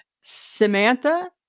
samantha